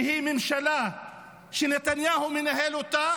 שהיא ממשלה שנתניהו מנהל אותה